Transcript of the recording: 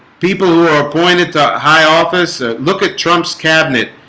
people who are appointed to a high office look at trump's cabinet.